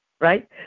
Right